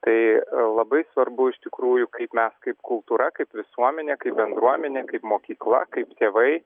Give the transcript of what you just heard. tai labai svarbu iš tikrųjų kaip mes kaip kultūra kaip visuomenė kaip bendruomenė kaip mokykla kaip tėvai